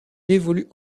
évolue